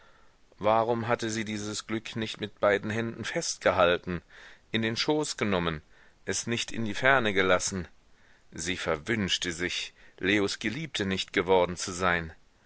warum hatte sie dieses glück nicht mit beiden händen festgehalten in den schoß genommen es nicht in die ferne gelassen sie verwünschte sich leos geliebte nicht geworden zu sein